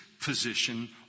position